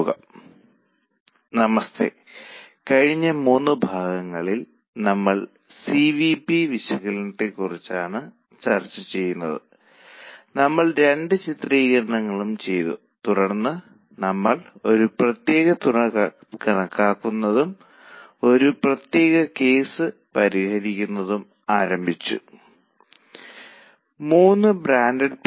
V അനുപാതം BEP എന്നിങ്ങനെയുള്ള കണക്കുകൂട്ടലിനെക്കുറിച്ച് നമ്മൾ രണ്ട് ചിത്രീകരണങ്ങൾ നടത്തി കഴിഞ്ഞ സെഷനിൽ വിൽപ്പന മിശ്രിതം ഉൾപ്പെട്ട രണ്ട് കേസുകൾ നമ്മൾ ചെയ്തു